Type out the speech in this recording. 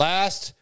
Last